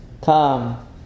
come